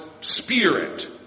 spirit